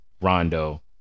Rondo